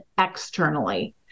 externally